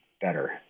better